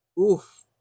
oof